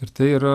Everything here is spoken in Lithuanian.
ir tai yra